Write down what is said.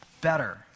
better